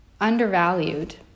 undervalued